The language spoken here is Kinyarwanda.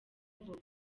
vuba